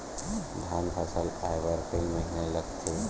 धान फसल आय बर कय महिना लगथे?